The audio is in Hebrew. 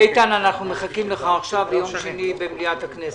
איתן, אנחנו מחכים להעלאה ביום שני במליאת הכנסת.